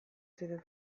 ziren